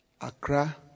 Accra